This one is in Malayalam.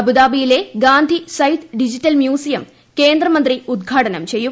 അബുദാബിയിലെ ഗാന്ധി സയിദ് ഡിജിറ്റൽ മ്യൂസിയം കേന്ദ്രമന്ത്രി ഉദ്ഘാടനം ചെയ്യും